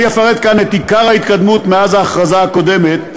אני אפרט כאן את עיקר ההתקדמות מאז ההכרזה הקודמת: